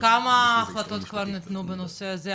כמה החלטות כבר ניתנו בנושא הזה,